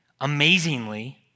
amazingly